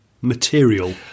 material